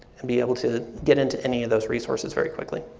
and be able to get into any of those resources very quickly.